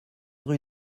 rue